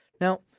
Now